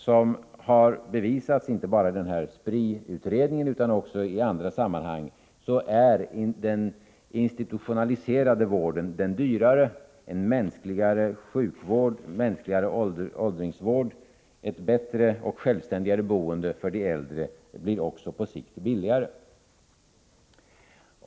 Som inte bara Spri-utredningen utan också andra undersökningar har visat är den institutionaliserade vården den dyrare. En mänskligare sjukvård, en mänskligare åldringsvård och ett bättre och självständigare boende för de äldre blir på sikt billigare.